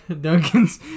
Duncan's